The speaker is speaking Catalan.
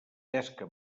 pesca